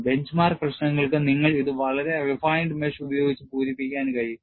bench mark പ്രശ്നങ്ങൾക്ക് നിങ്ങൾക്ക് ഇത് വളരെ refined mesh ഉപയോഗിച്ച് പൂരിപ്പിക്കാൻ കഴിയും